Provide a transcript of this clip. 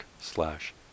slash